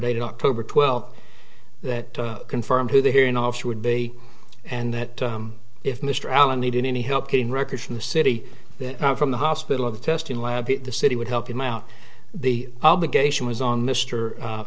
dated october twelfth that confirmed who the hearing officer would be and that if mr allen needed any help getting records from the city from the hospital of testing lab the city would help him out the obligation was on mr